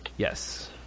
Yes